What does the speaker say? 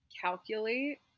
calculate